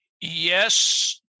Yes